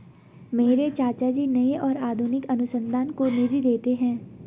मेरे चाचा जी नए और आधुनिक अनुसंधान को निधि देते हैं